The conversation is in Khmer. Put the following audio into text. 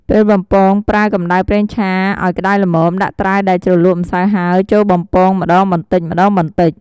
ពេលបំពងប្រើ កំដៅប្រេងឆាឱ្យក្តៅល្មម ដាក់ត្រាវដែលជ្រលក់ម្សៅហើយចូលបំពងម្តងបន្តិចៗ។